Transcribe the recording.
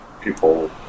people